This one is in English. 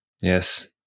Yes